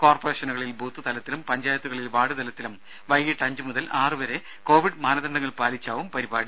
കോർപ്പറേഷനുകളിൽ booth തലത്തിലും പഞ്ചായത്തുകളിൽ ward തലത്തിലും വൈകീട്ട് അഞ്ചു മുതൽ ആറു വരെ കോവിഡ് മാനദണ്ഡങ്ങൾ പാലിച്ചാവും പരിപാടി